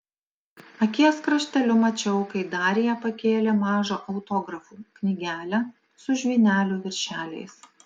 akies krašteliu mačiau kai darija pakėlė mažą autografų knygelę su žvynelių viršeliais